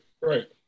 right